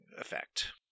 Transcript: effect